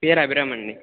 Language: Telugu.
పేరు అభిరామ్ అండి